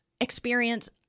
experience